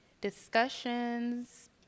Discussions